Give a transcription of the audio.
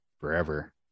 forever